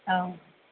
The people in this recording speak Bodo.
औ